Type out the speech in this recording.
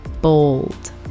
Bold